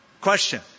Question